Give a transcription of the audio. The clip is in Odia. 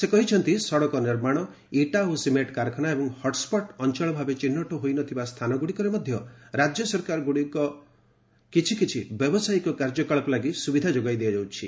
ସେ କହିଛନ୍ତି ସଡ଼କ ନିର୍ମାଣ ଇଟା ଓ ସିମେଣ୍ଟ କାରଖାନା ଏବଂ ହଟ୍ସଟ୍ ଅଞ୍ଚଳଭାବେ ଚିହ୍ନଟ ହୋଇନଥିବା ସ୍ଥାନଗୁଡ଼ିକରେ ମଧ୍ୟ ରାଜ୍ୟସରକାରମାନଙ୍କ ପକ୍ଷରୁ କିଛି କିଛି ବ୍ୟବସାୟିକ କାର୍ଯ୍ୟକଳାପ ଲାଗି ସୁବିଧା ଯୋଗାଇ ଦିଆଯାଉଛି